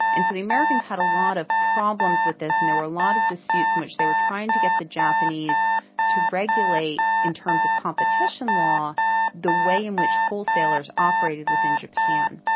and so the americans had a lot of problems with this and there were a lot of disputes in which they were trying to get the japanese to regulate in terms of competition law the way in which wholesalers operated within japan.